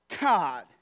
God